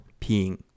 Peeing